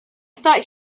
thought